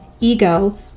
ego